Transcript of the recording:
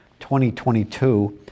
2022